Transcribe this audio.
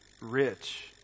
rich